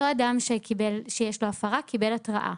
להלן תרגומם: אותו אדם שיש לו הפרה קיבל התראה,